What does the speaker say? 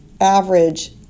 average